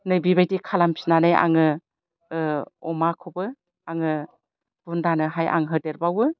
नै बिबायदि खालाम फिननानै आङो अमाखौबो आङो बुनदानोहाय आं होदेरबावो